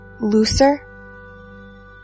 looser